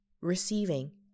Receiving